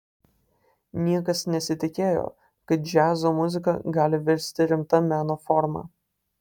niekas nesitikėjo kad džiazo muzika gali virsti rimta meno forma